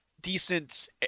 decent